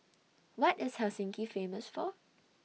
What IS Helsinki Famous For